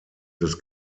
des